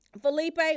Felipe